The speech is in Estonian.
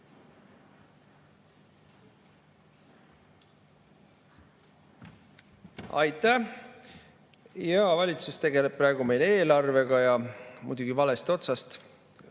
Aitäh! Jaa, valitsus tegeleb praegu meil eelarvega, aga muidugi valest otsast.